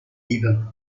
events